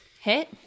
hit